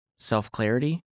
Self-clarity